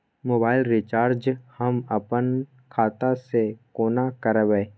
Mobile recharge हम आपन खाता से कोना करबै?